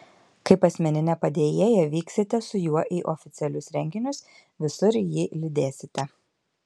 kaip asmeninė padėjėja vyksite su juo į oficialius renginius visur jį lydėsite